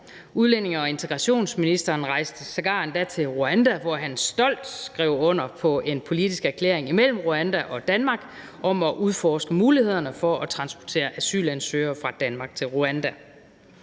Udlændinge- og integrationsministeren rejste sågar til Rwanda, hvor han stolt skrev under på en politisk erklæring imellem Rwanda og Danmark om at udforske mulighederne for at transportere asylansøgere fra Danmark til Rwanda.